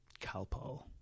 Calpol